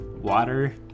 water